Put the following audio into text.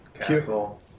castle